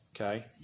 okay